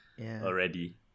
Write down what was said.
already